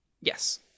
Yes